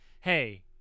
hey